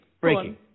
breaking